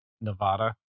Nevada